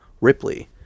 ripley